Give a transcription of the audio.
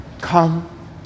Come